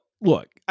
look